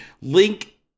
link